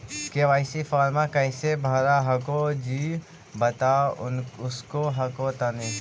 KYC फॉर्मा कैसे भरा हको जी बता उसको हको तानी?